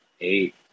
eight